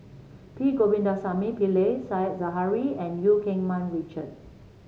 P Govindasamy Pillai Said Zahari and Eu Keng Mun Richard